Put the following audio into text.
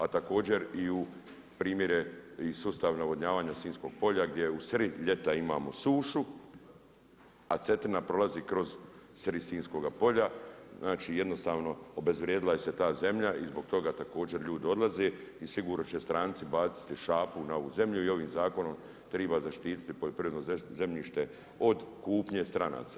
A također i u primjere i sustav navodnjavanja Sinjskog polja, gdje u sred ljeta imamo sušu, a Cetina prolazi kroz Sinjskoga polja, znači jednostavno obezvrijedila se ta zemlja i zbog toga također ljudi odlaze i sigurno će stranci baciti šapu na ovu zemlju i ovim zakonom treba zaštiti poljoprivredno zemljište od kupnje stranaca.